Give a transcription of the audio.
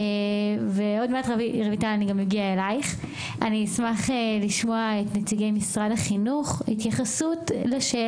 אני אשמח לשמוע התייחסות של נציגי משרד החינוך לשאלה